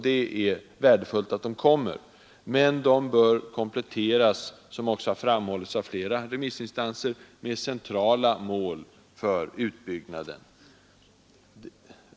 Det är värdefullt att de kommer, men de bör kompletteras — såsom också har framhållits av flera remissinstanser — med centrala mål för utbyggnaden.